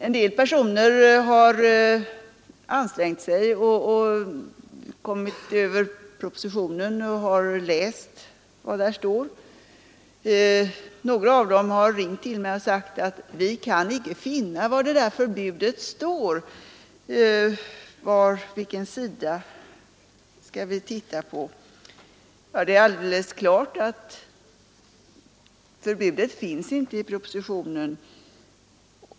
En del personer har läst vad som står i propositionen. Några av dem har ringt till mig och sagt att de inte kan finna var förbudet föreslås och att de ville veta vilken sida de skall titta på i propositionen.